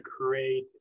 create